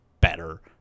better